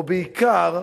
או בעיקר,